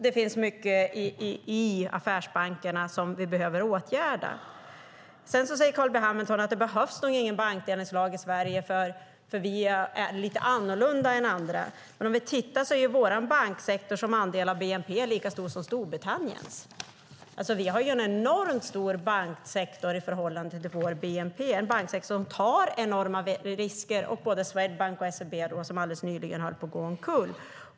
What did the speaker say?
Det finns alltså mycket i affärsbankerna som vi behöver åtgärda. Sedan säger Carl B Hamilton att det nog inte behövs någon bankdelningslag i Sverige, för vi är lite annorlunda än andra. Men vår banksektor som andel av bnp är ju lika stor som Storbritanniens. Vi har en enormt stor banksektor i förhållande till bnp. Det är en banksektor som tar enorma risker. Både Swedbank och SEB höll alldeles nyligen på att gå omkull.